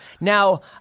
Now